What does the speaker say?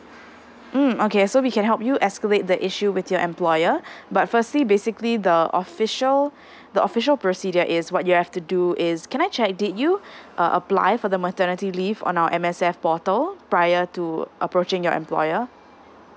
mm okay so we can help you escalate the issue with your employer but firstly basically the official the official procedure is what you have to do is can I check did you uh apply for the maternity leave on our M_S_F portal prior to approaching your employer